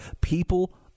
People